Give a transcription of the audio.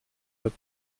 wird